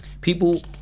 People